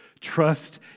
Trust